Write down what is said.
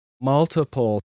multiple